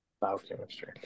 Biochemistry